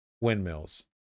Windmills